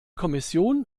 kommission